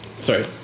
Sorry